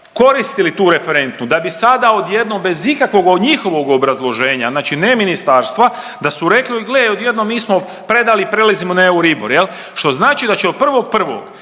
koristili tu referentu, da bi sada odjednom bez ikakvog njihovog obrazloženja, znači ne ministarstva da su rekli gle odjednom mi smo predali i prelazimo na EURIBOR, što znači da će od 1.1. svi